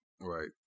Right